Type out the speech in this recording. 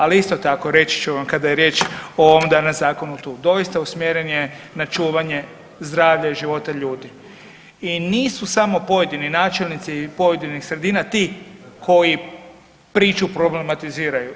Ali isto tako reći ću vam kada je riječ o ovom danas zakonu tu, doista usmjeren je na čuvanje zdravlja i života ljudi i nisu samo pojedini načelnici pojedinih sredina ti koji priču problematiziraju.